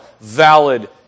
valid